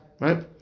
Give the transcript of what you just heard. Right